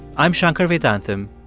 i'm shankar vedantam.